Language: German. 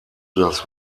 das